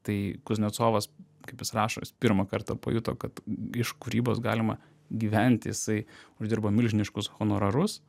tai kuznecovas kaip jis rašo jis pirmą kartą pajuto kad iš kūrybos galima gyvent jisai uždirbo milžiniškus honorarus